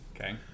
Okay